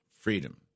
Freedom